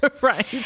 Right